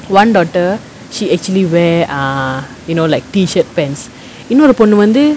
one daughter she actually wear err you know like T-shirt pants இன்னொரு பொண்ணு வந்து:innoru ponnu vanthu